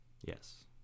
Yes